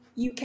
uk